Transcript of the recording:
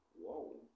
Whoa